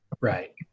Right